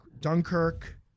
Dunkirk